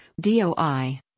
DOI